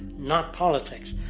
not politics.